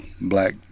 black